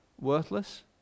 worthless